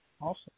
Awesome